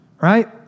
right